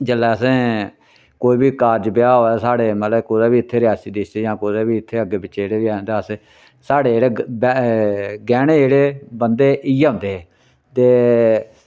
जेल्लै असें कोई बी कारज ब्याह् होऐ साढ़ै मतलब कुतै बी इत्थै रियासी डिस्ट्रिक जां कुतै बी इत्थें अग्गें पिच्छै जेह्ड़े बी हैन तां अस साढ़े जेह्ड़े गैह्ने जेह्ड़े बन्धे इ'यै होंदे हे ते